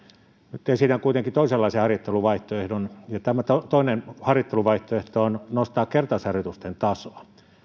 nyt esitän kuitenkin toisenlaisen harjoitteluvaihtoehdon ja tämä toinen harjoitteluvaihtoehto on nostaa kertausharjoitusten tasoa